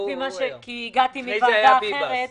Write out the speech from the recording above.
כי הגעתי מוועדה אחרת.